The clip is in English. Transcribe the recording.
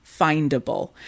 findable